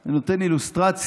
אני נותן אילוסטרציה